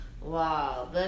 Wow